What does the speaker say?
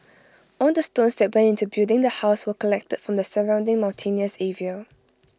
all the stones that went into building the house were collected from the surrounding mountainous area